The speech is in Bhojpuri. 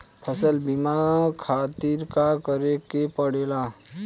फसल बीमा खातिर का करे के पड़ेला?